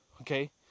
okay